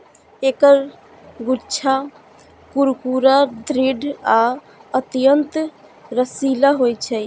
एकर गूद्दा कुरकुरा, दृढ़ आ अत्यंत रसीला होइ छै